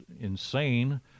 insane